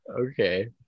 okay